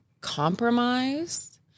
compromise